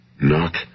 Knock